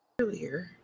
earlier